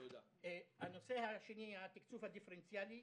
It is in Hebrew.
הנושא השני, התקצוב הדיפרנציאלי.